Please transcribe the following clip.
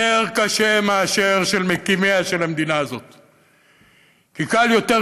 יותר קשה משל מקימיה של המדינה הזאת כי קל יותר,